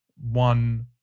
one